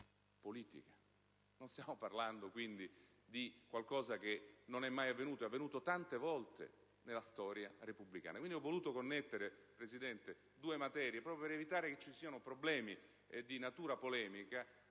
non stiamo parlando quindi di qualcosa che non è mai avvenuto: è avvenuto tante volte nella storia repubblicana.